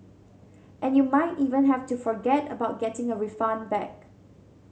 and you might even have to forget about getting a refund back